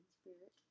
spirit